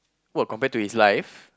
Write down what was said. what compared to his life